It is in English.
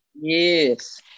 Yes